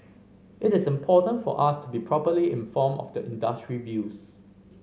it is important for us to be properly informed of the industry views